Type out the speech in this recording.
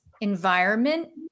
environment